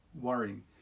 worrying